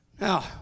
Now